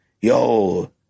Yo